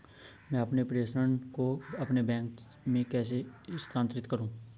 मैं अपने प्रेषण को अपने बैंक में कैसे स्थानांतरित करूँ?